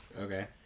Okay